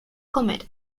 comer